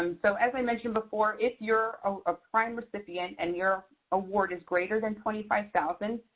um so as i mentioned before, if you're a prime recipient and your award is greater than twenty five thousand,